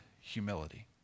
humility